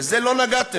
בזה לא נגעתם.